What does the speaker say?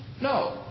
No